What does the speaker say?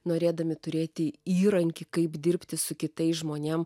norėdami turėti įrankį kaip dirbti su kitais žmonėm